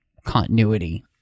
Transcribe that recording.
continuity